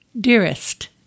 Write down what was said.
Dearest